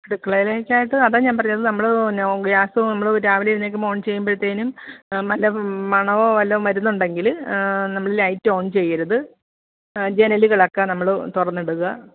അടുക്കളേലേക്കായിട്ട് അതാ ഞാൻ പറഞ്ഞത് നമ്മൾ നോ ഗ്യാസ്സ് നമ്മൾ രാവിലെ എഴുനേൽക്കുമ്പോൾ ഓൺ ചെയ്യുമ്പോഴത്തേനും വല്ല മണവൊ വല്ലോം വരുന്നുണ്ടെങ്കിൽ നമ്മൾ ലൈറ്റ് ഓൺ ചെയ്യരുത് ജനലുകളക്കെ നമ്മൾ തുറന്നിടുക